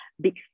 big